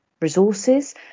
resources